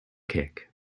kick